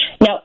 Now